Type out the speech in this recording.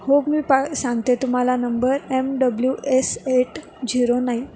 हो मी पा सांगते तुम्हाला number M W S eight zero nine